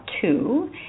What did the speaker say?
two